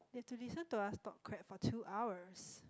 they have to listen to us talk crap for two hours